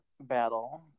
battle